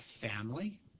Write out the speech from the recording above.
family